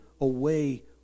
away